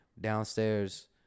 Downstairs